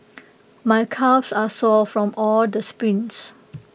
my calves are sore from all the sprints